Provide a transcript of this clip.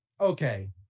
okay